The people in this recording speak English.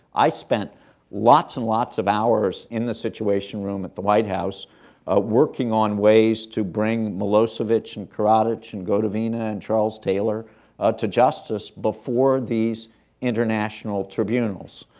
i spent lots and lots of hours in the situation room at the white house working on ways to bring milosevic and karadzic and gotovina and charles taylor to justice before these international tribunals.